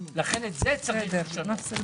לכן את זה צריך לשנות.